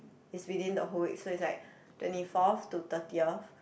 it's within the whole week so it's like twenty fourth to thirtieth